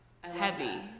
heavy